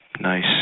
nice